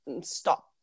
stop